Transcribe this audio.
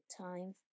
time